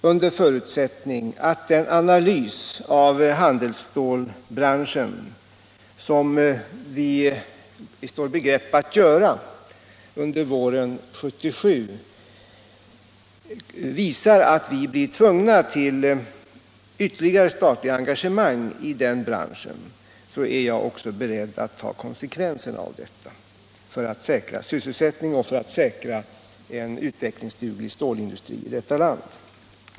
Under förutsättning att den analys av handelsstålbranschen som vi står i begrepp att göra under våren 1977 visar att vi blir tvungna till ytterligare statliga engagemang i den branschen är jag också beredd att ta konsekvenserna av detta för att säkra sysselsättningen och för att säkra en utvecklingsduglig stålindustri i detta land.